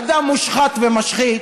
אדם מושחת ומשחית,